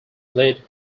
led